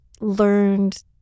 learned